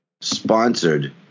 sponsored